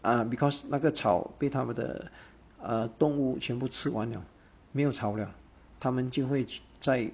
um because 那个草被他们的 uh 动物全部吃完了没有草不了他们就会在